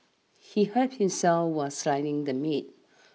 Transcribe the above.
he hurt himself while the meat